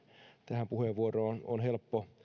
tähän puheenvuoroon on helppo